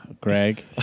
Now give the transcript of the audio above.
Greg